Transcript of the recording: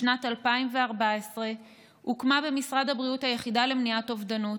בשנת 2014 הוקמה במשרד הבריאות היחידה למניעת אובדנות,